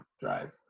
drive